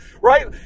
right